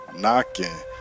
knocking